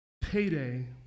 payday